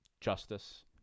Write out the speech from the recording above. justice